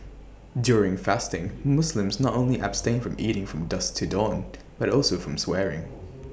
during fasting Muslims not only abstain from eating from dusk to dawn but also from swearing